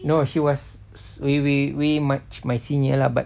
no she was way way way much my senior lah but